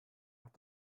hat